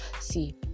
See